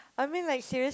I mean like serious